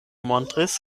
montris